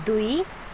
दुई